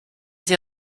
sie